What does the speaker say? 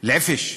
שהוא חסר תועלת?)